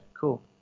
cool